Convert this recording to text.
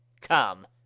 come